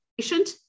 patient